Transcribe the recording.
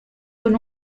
con